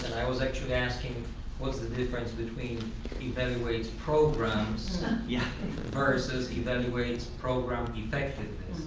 and i was actually asking what's the difference between evaluates programs yeah versus evaluates program effectiveness.